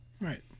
right